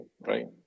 right